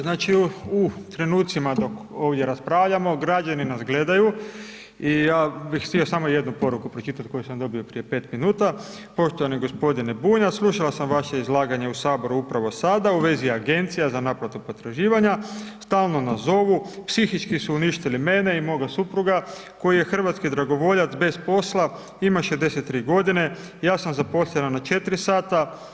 Znači u trenucima dok ovdje raspravljamo, građani nas gledaju i ja bih htio samo jednu poruku pročitati koju sam dobio prije 5 minuta: „Poštovani gospodine Bunjac, slušao sam vaše izlaganje u Saboru upravo sada u vezi agencija za naplatu potraživanja, stalno nas zovu, psihički su uništili mene i moga supruga koji je hrvatski dragovoljac bez posla, ima 63 godine, ja sam zaposlena na 4 sata.